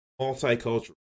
multicultural